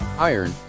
Iron